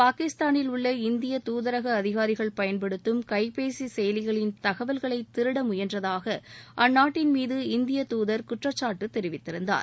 பாகிஸ்தானில் உள்ள இந்திய தூதரக அதிகாரிகள் பயன்படுத்தும் கைபேசி செயலிகளின் தகவல்களை திருட முயன்றதாக அந்நாட்டின் மீது இந்திய தூதர் குற்றச்சாட்டு தெரிவித்திருந்தார்